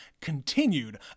continued